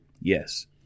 Yes